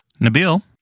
Nabil